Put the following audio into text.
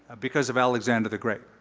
because of alexander the great.